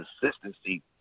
consistency